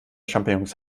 champignons